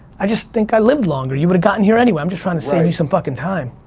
i just think i lived longer, you would've gotten here anyway, i'm just trying to save you some fucking time.